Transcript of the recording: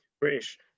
British